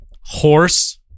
horse